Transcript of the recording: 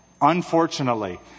unfortunately